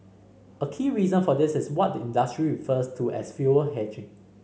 a key reason for this is what the industry refers to as fuel hedging